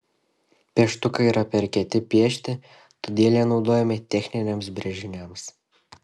pieštukai yra per kieti piešti todėl jie naudojami techniniams brėžiniams